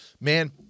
man